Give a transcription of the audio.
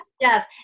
Yes